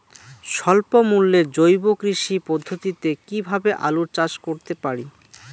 স্বল্প মূল্যে জৈব কৃষি পদ্ধতিতে কীভাবে আলুর চাষ করতে পারি?